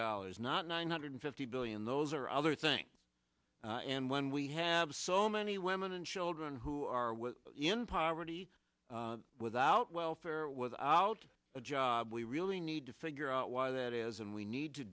dollars not nine hundred fifty billion those are other things and when we have so many women and children who are in poverty without welfare without a job we really need to figure out why that is and we need to